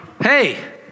hey